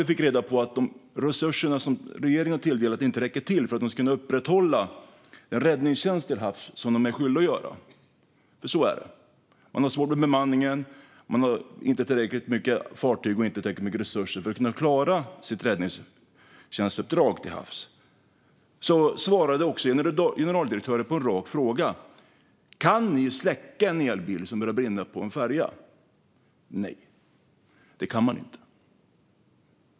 Vi fick reda på att de resurser som regeringen tilldelat myndigheten inte räcker till för att den ska kunna upprätthålla den räddningstjänst till havs som den är skyldig att ha. Så är det. Man har svårt med bemanningen, och man har inte tillräckligt mycket fartyg eller resurser för att klara sitt räddningstjänstsuppdrag till havs. Förutom detta fick generaldirektören en rak fråga: Kan ni släcka en elbil som börjar brinna på en färja? Hon svarade: Nej, det kan vi inte.